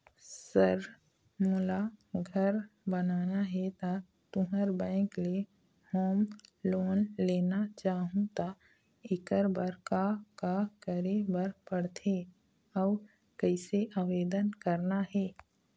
Sir मोला घर बनाना हे ता तुंहर बैंक ले होम लोन लेना चाहूँ ता एकर बर का का करे बर पड़थे अउ कइसे आवेदन करना हे?